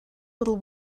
little